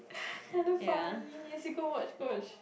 ya damn funny yes you go watch go watch